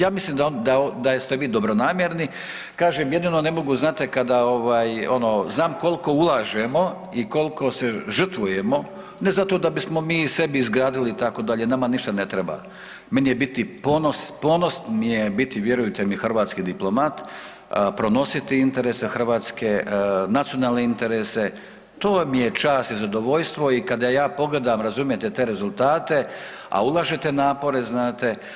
Ja mislim da ste vi dobronamjerni, kažem, jedino ne mogu znate, kada ovaj, ono, znam koliko ulažemo i koliko se žrtvujemo, ne zato da bismo mi sebi izgradili, itd., nama ništa ne treba, meni je biti ponos, ponos mi je biti, vjerujte mi, hrvatski diplomat, pronositi interese Hrvatske, nacionalne interese, to mi je čast i zadovoljstvo i kada ja pogledam, razumijete, te rezultate, a ulažete napore, znate.